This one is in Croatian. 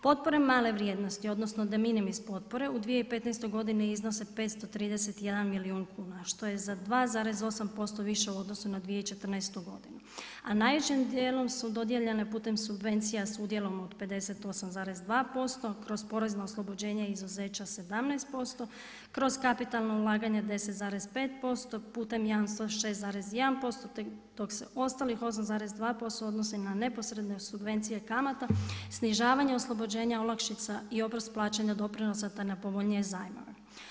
Potpore male vrijednosti odnosno de minimis potpore u 2015. godini iznose 531 milijun kuna što je za 2,8% više u odnosu na 2014. godinu, a najvišim dijelom su dodijeljene putem subvencija s udjelom od 58,2% kroz porezno oslobođenje i izuzeća 17%, kroz kapitalna ulaganja 10,5%, putem jamstva 6,1% dok se ostalih 8,2% odnosi na neposredne subvencije kamata, snižavanje oslobođenja olakšica i oprost plaćanja doprinosa, te na povoljnije zajmove.